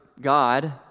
God